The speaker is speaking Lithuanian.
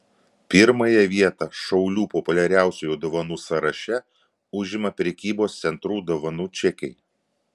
pirmąją vietą šaulių populiariausių dovanų sąraše užima prekybos centrų dovanų čekiai